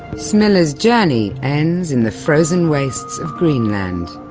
smilla's journey ends in the frozen wastes of greenland,